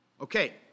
Okay